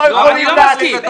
אני לא מסכים.